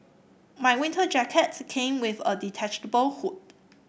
my winter jacket came with a detachable hood